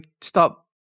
stop